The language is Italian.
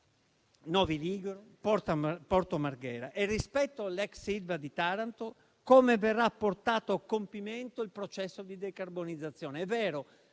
Novi Ligure, Porto Marghera. E rispetto all'ex Ilva di Taranto, come verrà portato a compimento il processo di decarbonizzazione? È vero,